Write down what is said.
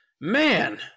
Man